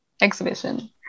exhibition